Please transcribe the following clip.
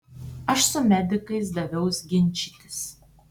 aš su medikais daviaus ginčytis